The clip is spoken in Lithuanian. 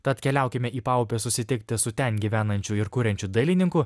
tad keliaukime į paupį susitikti su ten gyvenančiu ir kuriančiu dailininku